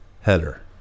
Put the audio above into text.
header